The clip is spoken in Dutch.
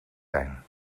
zijn